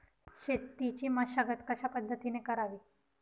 शेतीची मशागत कशापद्धतीने करावी?